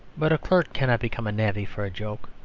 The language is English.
but a clerk cannot become a navvy for a joke.